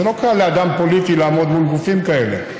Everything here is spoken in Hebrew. זה לא קל לאדם פוליטי לעמוד מול גופים כאלה.